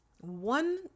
one